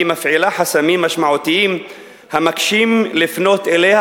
היא מפעילה חסמים משמעותיים המקשים לפנות אליה,